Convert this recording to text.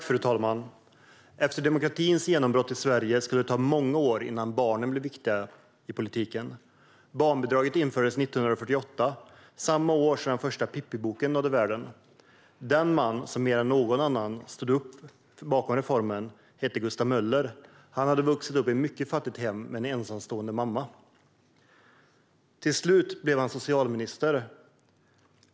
Fru talman! Efter demokratins genombrott i Sverige skulle det ta många år innan barnen blev viktiga i politiken. Barnbidraget infördes 1948, samma år som den första boken om Pippi nådde världen. Den man som mer än någon annan stod upp bakom reformen hette Gustav Möller. Han hade vuxit upp i ett mycket fattigt hem med en ensamstående mamma. Till slut blev han socialminister.